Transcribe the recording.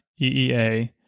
EEA